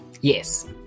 Yes